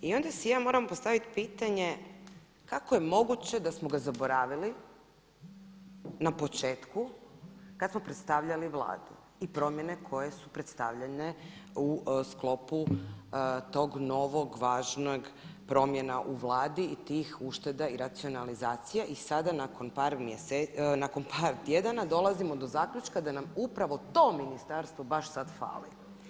I onda si ja moram postaviti pitanje kako je moguće da smo ga zaboravili na početku kad smo predstavljali Vladu i promjene koje su predstavljene u sklopu tog novog važnog promjena u Vladi i tih ušteda i racionalizacije i sada nakon par tjedana dolazimo do zaključka da nam upravo to ministarstvo baš sad fali.